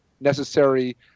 necessary